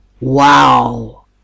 Wow